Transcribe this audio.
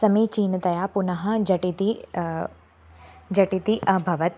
समीचीनतया पुनःझटिति झटिति अभवत्